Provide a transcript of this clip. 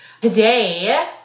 Today